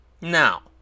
Now